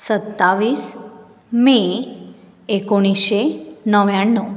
सत्तावीस मे एकोणिशें णव्याणव